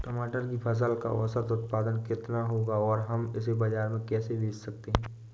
टमाटर की फसल का औसत उत्पादन कितना होगा और हम इसे बाजार में कैसे बेच सकते हैं?